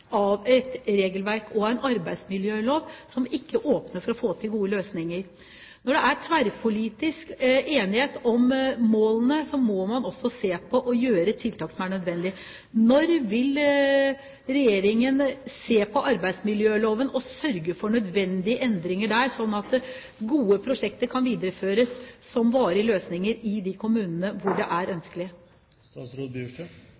av et regelverk og en arbeidsmiljølov som ikke åpner for å få til gode løsninger. Når det er tverrpolitisk enighet om målene, må man også se på dette og gjøre tiltak som er nødvendige. Når vil regjeringen se på arbeidsmiljøloven og sørge for nødvendige endringer der, sånn at gode prosjekter kan videreføres som varige løsninger i de kommunene hvor det er